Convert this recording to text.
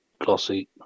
Glossy